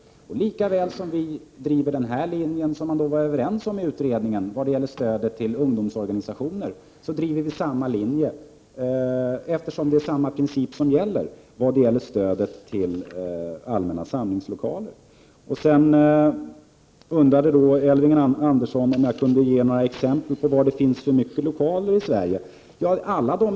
På samma sätt som vi moderater driver denna linje, som man var överens om i utredningen, i fråga om ungdomsorganisationerna, driver vi denna linje i fråga om stödet till allmänna samlingslokaler. Det är ju samma princip som gäller. Elving Andersson undrade om jag kunde ge några exempel på var i Sverige det finns för många samlingslokaler.